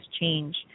change